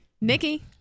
Nikki